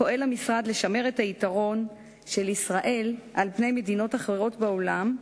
פועל המשרד לשמר את היתרון של ישראל על פני מדינות אחרות בעולם,